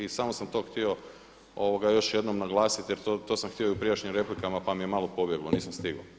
I samo sam to htio još jednom naglasiti, jer to sam htio i u prijašnjim replikama pa mi je malo pobjeglo, nisam stigao.